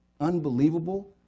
unbelievable